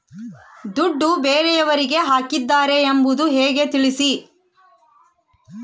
ದುಡ್ಡು ಬೇರೆಯವರಿಗೆ ಹಾಕಿದ್ದಾರೆ ಎಂಬುದು ಹೇಗೆ ತಿಳಿಸಿ?